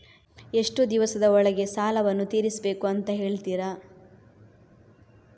ಎಷ್ಟು ದಿವಸದ ಒಳಗೆ ಸಾಲವನ್ನು ತೀರಿಸ್ಬೇಕು ಅಂತ ಹೇಳ್ತಿರಾ?